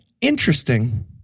Interesting